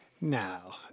now